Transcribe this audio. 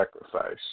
sacrifice